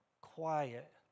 quiet